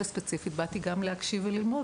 ספציפית באתי גם להקשיב וללמוד,